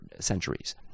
centuries